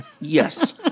Yes